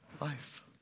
life